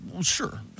Sure